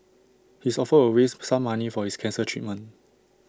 his offer will raise some money for his cancer treatment